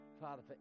Father